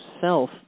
self